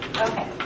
Okay